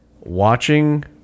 watching